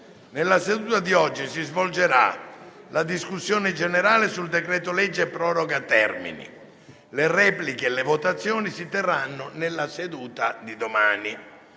Nella seduta di oggi si svolgerà la discussione generale sul decreto-legge proroga termini. Le repliche e le votazioni si terranno nella seduta di domani.